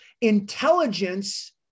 intelligence